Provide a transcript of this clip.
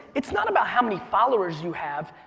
it's not about how many followers you have,